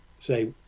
say